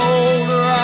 older